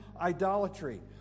Idolatry